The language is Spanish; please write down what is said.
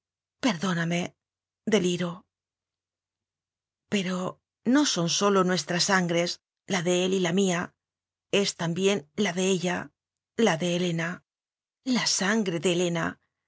perdóname deliro pero no son sólo nuestras sangres la de él y la mía es'también la de ella la de helena la sangre de helena